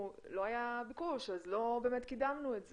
אני לא חושבת שהטיעון הוא 'לא היה ביקוש אז לא באמת קידמנו את זה'.